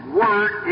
word